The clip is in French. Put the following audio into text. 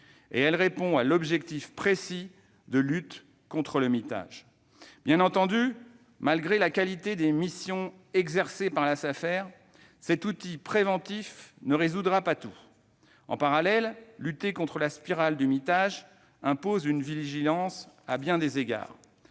carrés, répond à l'objectif précis de lutte contre le mitage. Bien entendu, malgré la qualité des missions exercées par la Safer d'Île-de-France, cet outil préventif ne résoudra pas tout. Lutter contre la spirale du mitage impose une vigilance à bien des égards.